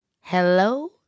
hello